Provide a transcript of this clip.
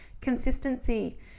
consistency